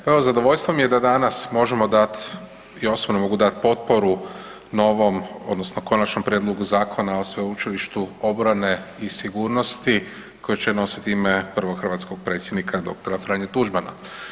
Pa evo zadovoljstvo mi je da danas možemo dat i osobno mogu dat potporu novom odnosno Konačnom prijedlogu zakona o Sveučilištu obrane i sigurnosti koje će nositi ime prvog hrvatskog predsjednika dr. Franje Tuđmana.